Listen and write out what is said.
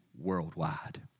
worldwide